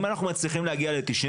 אם הרשויות המקומיות מצליחות להגיע ל-92%